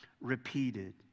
repeated